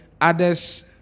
others